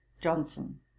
Johnson